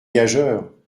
gageure